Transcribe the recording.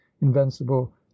invincible